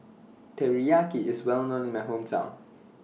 Teriyaki IS Well known in My Hometown